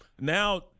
Now